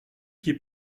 qui